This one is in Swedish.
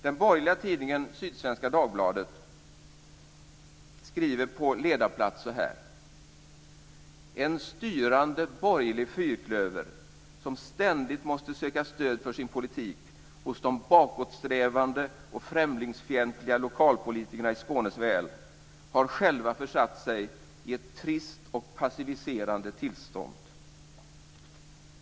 Den borgerliga tidningen Sydsvenska Dagbladet skriver på ledarplats så här: En styrande borgerlig fyrklöver som ständigt måste söka stöd för sin politik hos de bakåtsträvande och främlingsfientliga lokalpolitikerna i Skånes väl har själva försatt sig i ett trist och passiviserande tillstånd.